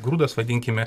grūdas vadinkime